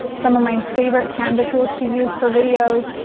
some of my favorite canva tools to use for videos,